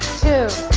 two,